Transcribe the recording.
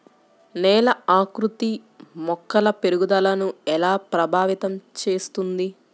నేల ఆకృతి మొక్కల పెరుగుదలను ఎలా ప్రభావితం చేస్తుంది?